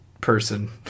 person